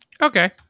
Okay